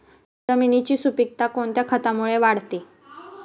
जमिनीची सुपिकता कोणत्या खतामुळे वाढते?